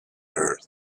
earth